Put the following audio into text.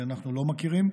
אנחנו לא מכירים.